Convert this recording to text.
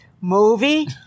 movie